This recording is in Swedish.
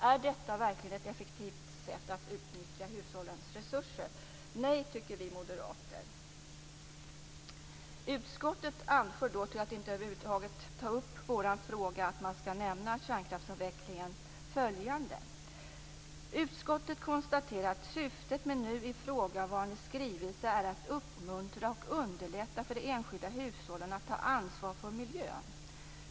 Är detta verkligen ett effektiv sätt att utnyttja hushållens resurser? Nej, tycker vi moderater. Utskottet anför följande om varför man över huvud taget inte tar upp vår fråga om kärnkraftsavvecklingen: "- kan utskottet konstatera att syftet med nu ifrågavarande skrivelse är att uppmuntra och underlätta för de enskilda hushållen att ta ansvar för miljön.